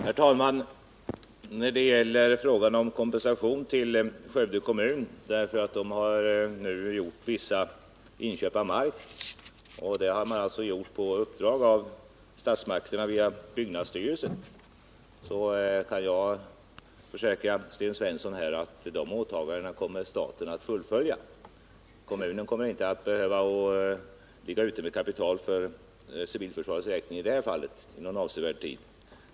Herr talman! När det gäller frågan om kompensation till Skövde kommun därför att den har gjort vissa inköp av mark, på uppdrag av statsmakterna via byggnadsstyrelsen, kan jag försäkra Sten Svensson att staten kommer att fullfölja åtagandena härom. Kommunen kommer i det fallet inte att behöva ligga ute med kapital för civilförsvarets räkning under någon avsevärd tid.